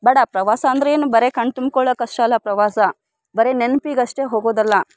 ಬೇಡ ಪ್ರವಾಸ ಅಂದ್ರೇನು ಬರೀ ಕಣ್ಣು ತುಂಬ್ಕೊಳ್ಳೋಕೆ ಅಷ್ಟೇ ಅಲ್ಲ ಪ್ರವಾಸ ಬರೀ ನೆನ್ಪಿಗೆ ಅಷ್ಟೇ ಹೋಗೋದಲ್ಲ